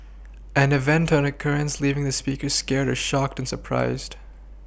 an event or occurrence leaving the speaker scared or shocked and surprised